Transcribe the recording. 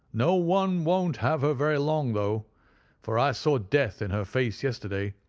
no one won't have her very long though for i saw death in her face yesterday.